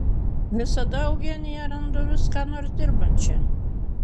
visada eugeniją randu vis ką nors dirbančią